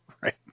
Right